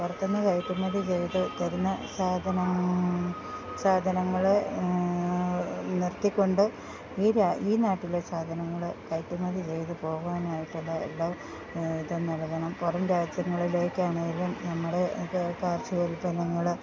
പുറത്തെന്ന് കയറ്റുമതി ചെയ്ത് തരുന്ന സാധനം സാധനങ്ങളെ നിർത്തിക്കൊണ്ട് ഈ രാ ഈ നാട്ടിലെ സാധനങ്ങൾ കയറ്റുമതി ചെയ്ത് പോകുവാനായിട്ടുള്ള എല്ലാ ഇതും നൽകണം പുറം രാജ്യങ്ങളിലേക്കാണേലും നമ്മുടെ ഒക്കെ കാർച്ചിക ഉൽപ്പന്നങ്ങൾ